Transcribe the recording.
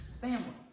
family